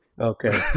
Okay